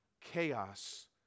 Chaos